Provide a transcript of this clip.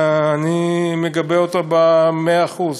ואני מגבה אותו במאה אחוז.